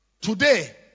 Today